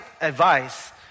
advice